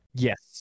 Yes